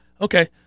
Okay